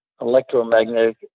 electromagnetic